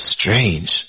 strange